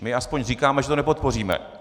My aspoň říkáme, že to nepodpoříme.